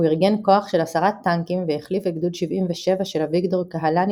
הוא ארגן כח של עשרה טנקים והחליף את גדוד 77 של אביגדור קהלני